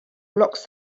blocks